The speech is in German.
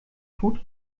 tut